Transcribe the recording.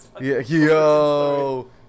Yo